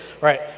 Right